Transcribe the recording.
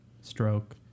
stroke